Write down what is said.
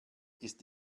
ist